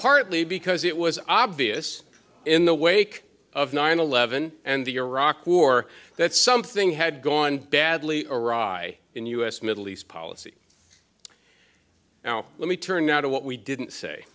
partly because it was obvious in the wake of nine eleven and the iraq war that something had gone badly iraq in the us middle east policy now let me turn now to what we didn't say